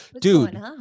dude